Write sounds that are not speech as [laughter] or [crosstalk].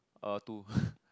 uh two [laughs]